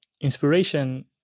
inspiration